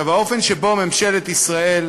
האופן שבו ממשלת ישראל